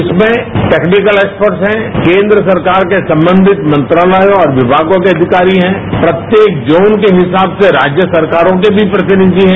इसमें technical expert हैं केंद्र सरकार से संबंधित मंत्रालयों और विमागों को अधिकारी हैं प्रत्येक जोन के हिसाब से राज्य सरकारों के भी प्रतिनिधि हैं